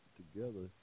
together